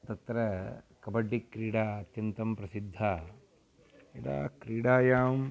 तत्र कबड्डिक्रीडा अत्यन्तं प्रसिद्धा यदा क्रीडायां